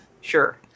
sure